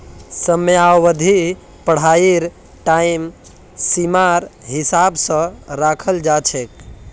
समयावधि पढ़ाईर टाइम सीमार हिसाब स रखाल जा छेक